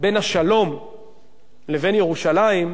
בין השלום לבין ירושלים,